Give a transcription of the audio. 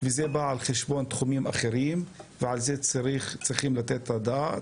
וזה בא על חשבון תחומים אחרים ועל כך צריכים לתת את הדעת.